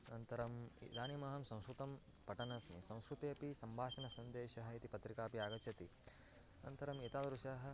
अन्तरम् इदानीमहं संस्कृतं पठनस्मि संस्कृतेपि सम्भाषणसन्देशः इति पत्रिकापि आगच्छति अनन्तरम् एतादृशाः